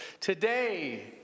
today